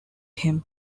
him